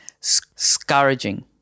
Scourging